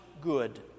good